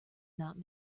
not